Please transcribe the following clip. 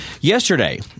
yesterday